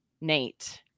Nate